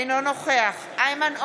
אינו נוכח איימן עודה,